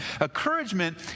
Encouragement